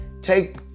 Take